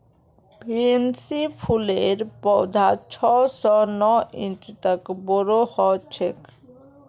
pansy फूलेर पौधा छह स नौ इंच तक बोरो ह छेक